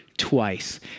twice